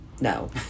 No